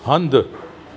हंधि